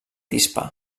hispà